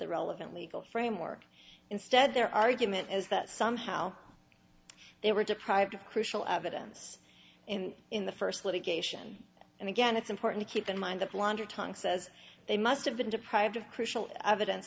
the relevant legal framework instead their argument is that somehow they were deprived of crucial evidence in in the first litigation and again it's important to keep in mind the blonder tongue says they must have been deprived of crucial evidence